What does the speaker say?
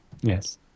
Yes